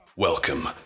Welcome